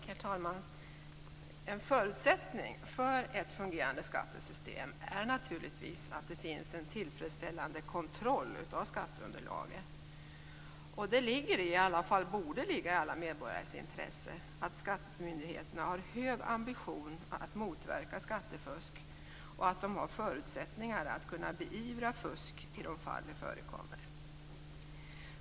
Herr talman! En förutsättning för ett fungerande skattesystem är naturligtvis att det finns en tillfredsställande kontroll av skatteunderlaget. Det ligger, eller i alla fall borde ligga, i alla medborgares intresse att skattemyndigheterna har en hög ambition att motverka skattefusk och att de har förutsättningar att kunna beivra fusk i de fall det förekommer.